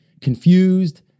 confused